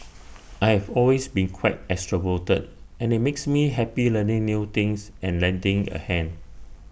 I have always been quite extroverted and IT makes me happy learning new things and lending A hand